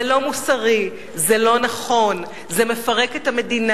זה לא מוסרי, זה לא נכון, זה מפרק את המדינה,